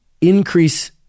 increase